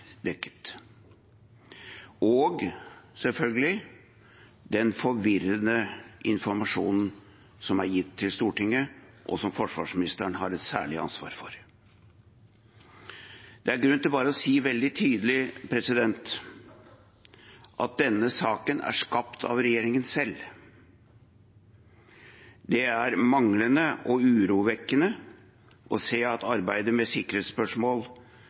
og selvfølgelig den forvirrende informasjonen som er gitt til Stortinget, og som forsvarsministeren har et særlig ansvar for. Det er grunn til bare å si veldig tydelig at denne saken er skapt av regjeringen selv. Det er urovekkende å se at det manglende arbeidet med sikkerhetsspørsmål